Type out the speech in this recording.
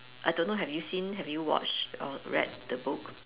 I don't know have you seen have you watched or read the book